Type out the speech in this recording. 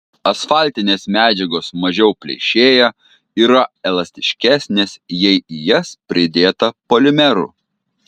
asfaltinės medžiagos mažiau pleišėja yra elastiškesnės jei į jas pridėta polimerų